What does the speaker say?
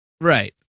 Right